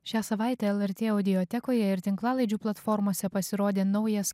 šią savaitę lrt audiotekoje ir tinklalaidžių platformose pasirodė naujas